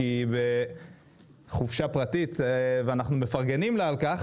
היא בחופשה פרטית ואנחנו מפרגנים לה על כך.